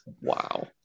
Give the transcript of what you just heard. Wow